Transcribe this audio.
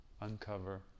uncover